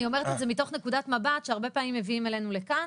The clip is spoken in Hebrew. אני אומרת את זה בתוך נקודת מבט שהרבה פעמים מביאים אלינו לכאן